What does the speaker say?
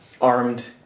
armed